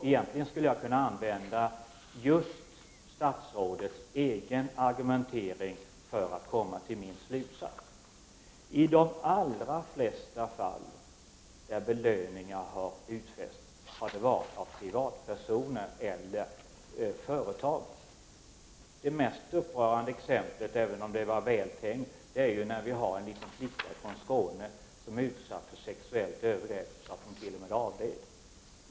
Egentligen skulle jag kunna använda statsrådets egen argumentering för att komma till min egen slutsats: i de allra flesta fall där belöningar har utfästs, har det skett av privatpersoner eller företag. Det mest upprörande exemplet — även om det var vältänkt — är väl när en liten flicka från Skåne utsattes för sådana sexuella övergrepp att hon t.o.m. avled.